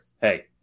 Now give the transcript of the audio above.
Hey